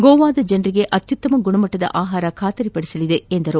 ಗೋವಾದ ಜನರಿಗೆ ಅತ್ಯುತ್ತಮ ಗುಣಮಟ್ಲದ ಆಹಾರ ಖಾತರಿಪಡಿಸಲಿದೆ ಎಂದರು